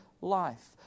life